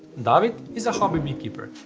david is a hobby beekeeper,